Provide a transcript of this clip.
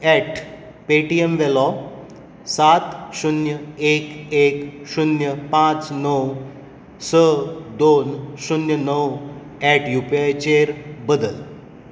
eight Paytm वेलो सात शुन्य एक एक शुन्य पांच णव स दोन शुन्य णव एट युपिआयचेर बदल